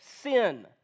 sin